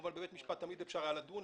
כמובן בבית המשפט תמיד אפשר לדון.